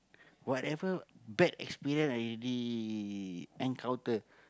whatever bad experience I already encounter